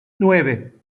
nueve